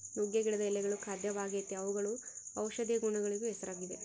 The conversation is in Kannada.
ನುಗ್ಗೆ ಗಿಡದ ಎಳೆಗಳು ಖಾದ್ಯವಾಗೆತೇ ಅವುಗಳು ಔಷದಿಯ ಗುಣಗಳಿಗೂ ಹೆಸರಾಗಿವೆ